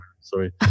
Sorry